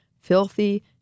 filthy